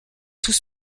tout